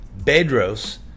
Bedros